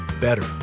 better